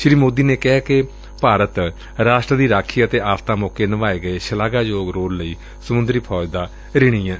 ਸ੍ਰੀ ਮੋਦੀ ਨੇ ਇਕ ਟਵੀਟ ਚ ਕਿਹੈ ਕਿ ਭਾਰਤ ਰਾਸ਼ਟਰ ਦੀ ਰਾਖੀ ਅਤੇ ਆਫ਼ਤਾਂ ਮੌਕੇ ਨਿਭਾਏ ਗਏ ਸ਼ਲਾਘਾਯੋਗ ਰੋਲ ਲਈ ਸਮੰਦਰੀ ਫੌਜ ਦਾ ਰਿਣੀ ਏ